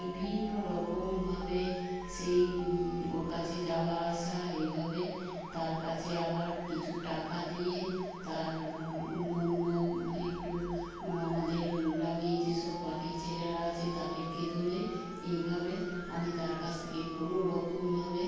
বিভিন্ন রকমভাবে সেই ওর কাছে যাওয়া আসা এইভাবে তার কাছে আবার কিছু টাকা দিয়ে তার অন্য অন্য একটু আমাদের গ্রামেই যেসব পার্টির ছেলেরা আছে তাদেরকে ধরে এইভাবে আমি তার কাছ থেকে কোনো রকমভাবে